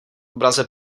obraze